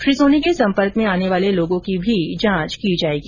श्री सोनी के संपर्क में आने वाले लोगों की भी जांच की जाएगी